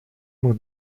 mógł